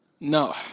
No